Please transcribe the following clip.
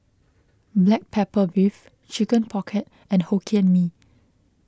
Black Pepper Beef Chicken Pocket and Hokkien Mee